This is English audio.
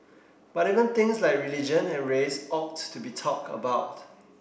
but even things like religion and race ought to be talked about